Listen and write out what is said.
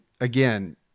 again